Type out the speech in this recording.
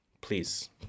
please